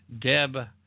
Deb